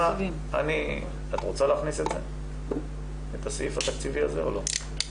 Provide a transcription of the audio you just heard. את רוצה להכניס את הסעיף התקציבי הזה או לא?